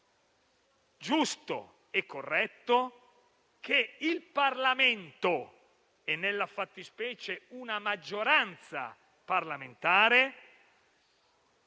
giusto e corretto che il Parlamento - e nella fattispecie una maggioranza parlamentare